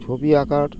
ছবি আঁকার